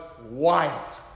wild